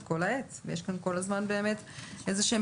כל העת ויש כאן כל הזמן באמת איזה שהם